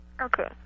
Okay